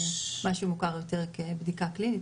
מה שמוכר יותר כבדיקה קלינית,